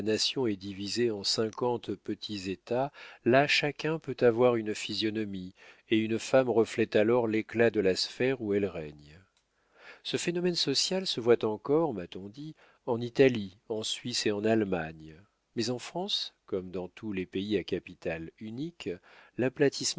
est divisée en cinquante petits états là chacun peut avoir une physionomie et une femme reflète alors l'éclat de la sphère où elle règne ce phénomène social se voit encore m'a-t-on dit en italie en suisse et en allemagne mais en france comme dans tous les pays à capitale unique l'aplatissement